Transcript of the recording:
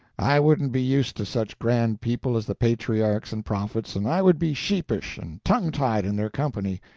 i wouldn't be used to such grand people as the patriarchs and prophets, and i would be sheepish and tongue-tied in their company,